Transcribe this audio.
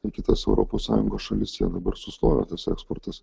į kitas europos sąjungos šalis jie dabar sustojo tas eksportas